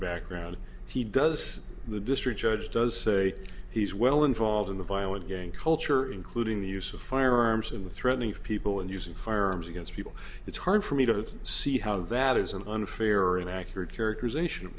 background he does the district judge does say he's well involved in the violent gang culture including the use of firearms in the threatening of people and using firearms against people it's hard for me to see how that is an unfair or an accurate characterization of